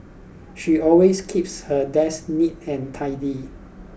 she always keeps her desk neat and tidy